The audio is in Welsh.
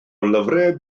lyfrau